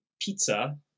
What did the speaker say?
pizza